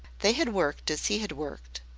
they had worked as he had worked,